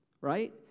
right